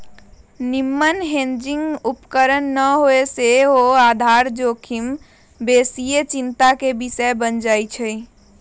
निम्मन हेजिंग उपकरण न होय से सेहो आधार जोखिम बेशीये चिंता के विषय बन जाइ छइ